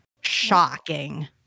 Shocking